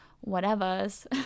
whatever's